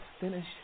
finish